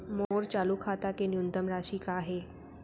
मोर चालू खाता के न्यूनतम राशि का हे?